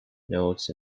nodes